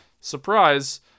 surprise